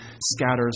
scatters